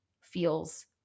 feels